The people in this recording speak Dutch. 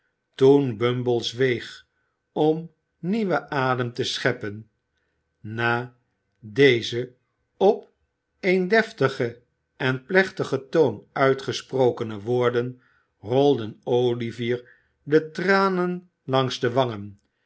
toen bumble zweeg om nieuwen adem te scheppen na deze op een deftigen en plechtigen toon uitgesprokene woorden rolden olivier de tranen langs de